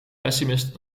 pessimist